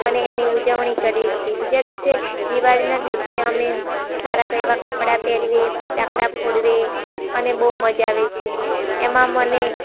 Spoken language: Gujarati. અને એની ઉજવણી કરીએ છીએ બીજા દિવસે દિવાળીના દિવસે અમે સારાં કંઇ એવાં કપડાં પહેરીએ ફટાકડા ફોડીએ અને બહુ મજા આવે છે એમાં મને